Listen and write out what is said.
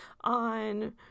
on